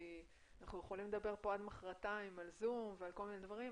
כי אנחנו יכולים לדבר עד מחרתיים על כל מיני דברים,